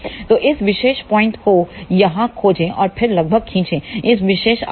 तो इस विशेष पॉइंट को यहां खोजें और फिर लगभग खींचे इस विशेष आरक को